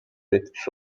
etkisi